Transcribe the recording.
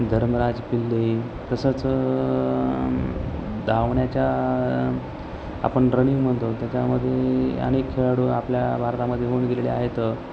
धर्मराज पिल्लई तसंच धावण्याच्या आपण रनिंग म्हणतो त्याच्यामध्ये अनेक खेळाडू आपल्या भारतामध्ये होऊन गेलेले आहेत